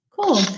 Cool